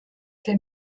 für